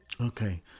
Okay